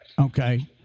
Okay